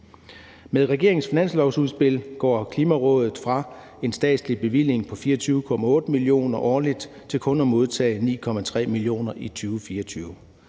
Med regeringens finanslovsudspil går Klimarådet fra en statslig bevilling på 24,8 mio. kr. årligt til kun at modtage 9,3 mio. kr. i 2024